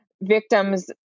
victims